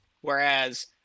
whereas